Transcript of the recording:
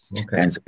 Okay